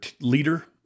leader